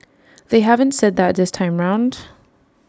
they haven't said that this time round